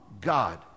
God